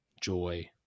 joy